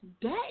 day